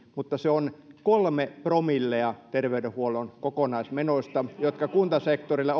mutta se on kolme promillea niistä terveydenhuollon kokonaismenoista jotka kuntasektorilla